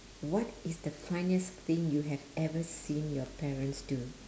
what is the funniest thing you have ever seen your parents do